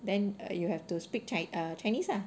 then you have to speak chi~ chinese lah